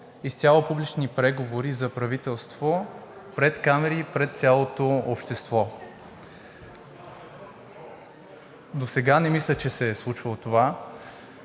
изцяло публични преговори за правителство пред камери и пред цялото общество? Досега не мисля, че се е случвало това.